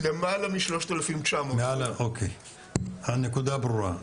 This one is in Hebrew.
למעלה מ- 3,900. הנקודה ברורה,